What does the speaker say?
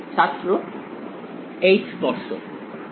ছাত্র H স্পর্শক